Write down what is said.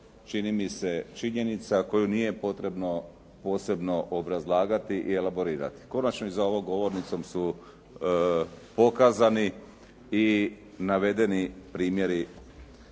čini mi se činjenica koju nije potrebno posebno obrazlagati i elaborirati. Konačno i za ovom govornicom su pokazani i navedeni primjeri